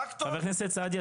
חבר הכנסת סעדי,